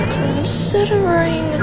considering